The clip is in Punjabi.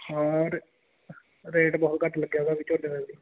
ਹਾਂ ਔਰ ਰੇਟ ਬਹੁਤ ਘੱਟ ਲੱਗਿਆ ਉਹਦਾ ਵੀ ਝੋਨੇ ਦਾ ਵੀ